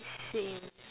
same